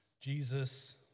Jesus